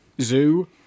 zoo